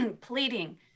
pleading